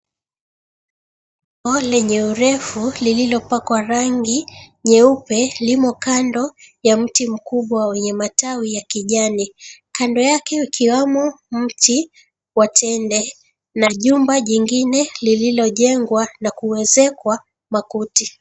Paa lenye urefu lililopakwa rangi nyeupe limo kando ya mti mkubwa wenye matawi ya kijani kando yake ikiwamo mti wa tende na jumba jingine lililojengwa na kuezekwa makuti.